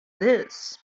this